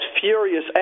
furious